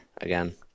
again